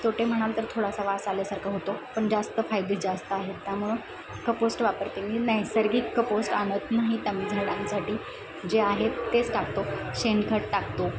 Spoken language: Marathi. तोटे म्हणाल तर थोडासा वास आल्यासारखं होतो पण जास्त फायदे जास्त आहेत त्यामुळं कपोस्ट वापरते मी नैसर्गिक कपोस्ट आणत नाही त्या झाडांसाठी जे आहेत तेच टाकतो शेणखत टाकतो